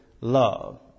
love